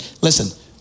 listen